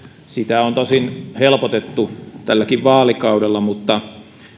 sitä on tosin helpotettu tälläkin vaalikaudella mutta